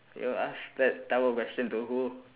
you ask that question to who